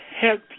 help